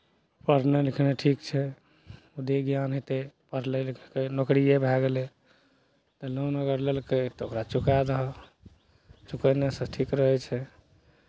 पढ़नाइ लिखनाइ ठीक छै बुद्धि ज्ञान होतै पढ़लै लिखलकै नौकरिए भए गेलै तऽ लोन अगर लेलकै तऽ ओकरा चुका दहो चुकयनेसँ ठीक रहै छै